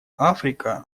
африка